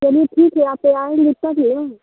पनीर ठीक है यहाँ पे आएँगी तब ना